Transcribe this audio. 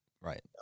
Right